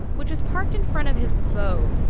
which was parked in front of his boat,